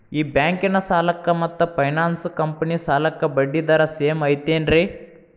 ಈ ಬ್ಯಾಂಕಿನ ಸಾಲಕ್ಕ ಮತ್ತ ಫೈನಾನ್ಸ್ ಕಂಪನಿ ಸಾಲಕ್ಕ ಬಡ್ಡಿ ದರ ಸೇಮ್ ಐತೇನ್ರೇ?